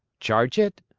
charge it?